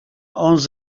owns